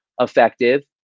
effective